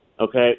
Okay